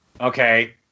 Okay